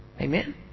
Amen